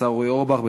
השר אורי אורבך,